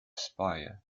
speyer